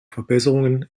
verbesserungen